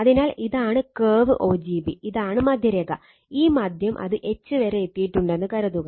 അതിനാൽ ഇതാണ് curve o g b ഇതാണ് മധ്യരേഖ ഈ മധ്യം അത് H വരെ എത്തിയിട്ടുണ്ടെന്ന് കരുതുക